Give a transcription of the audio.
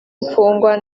mfungwa